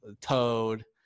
toad